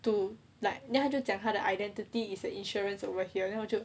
to like then 他就讲他的 identity is the insurance over here then 我就